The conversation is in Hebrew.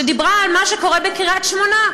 שדיברה על מה שקורה בקריית שמונה,